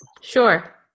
Sure